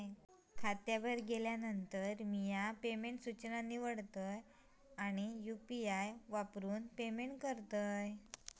खात्यावर गेल्यानंतर, म्या पेमेंट सूचना निवडतय आणि यू.पी.आई वापरून पेमेंट करतय